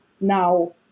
now